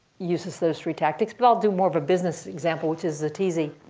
uses those three tactics. but i'll do more of a business example, which is zatisi.